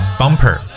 bumper，